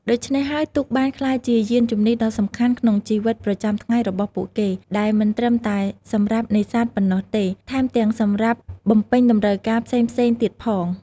ដូច្នេះហើយទូកបានក្លាយជាយានជំនិះដ៏សំខាន់ក្នុងជីវិតប្រចាំថ្ងៃរបស់ពួកគេ ដែលមិនត្រឹមតែសម្រាប់នេសាទប៉ុណ្ណោះទេ ថែមទាំងសម្រាប់បំពេញតម្រូវការផ្សេងៗទៀតផង។